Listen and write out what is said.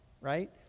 right